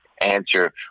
answer